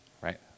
right